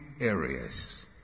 areas